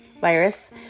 virus